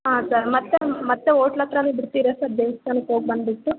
ಹಾಂ ಸರ್ ಮತ್ತೆ ಮತ್ತೆ ಓಟ್ಲ್ ಹತ್ರನೆ ಬಿಡ್ತೀರಾ ಸರ್ ದೇವ್ಸ್ಥಾನಕ್ಕೆ ಹೋಗಿ ಬಂದುಬಿಟ್ಟು